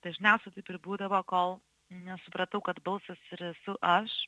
dažniausiai taip ir būdavo kol nesupratau kad balsas ir esu aš